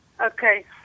Okay